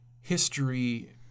history